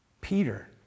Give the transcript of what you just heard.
Peter